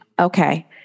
Okay